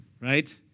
Right